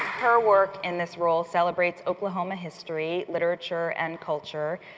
her work in this role celebrates oklahoma history, literature, and culture,